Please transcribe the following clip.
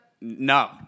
No